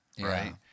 Right